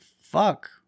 fuck